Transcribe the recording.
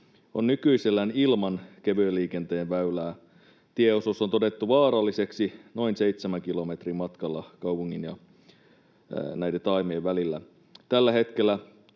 on nykyisellään ilman kevyen liikenteen väylää. Tieosuus on todettu vaaralliseksi noin seitsemän kilometrin matkalla kaupungin ja näiden taajamien välillä. Tällä hetkellä